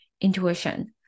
intuition